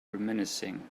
reminiscing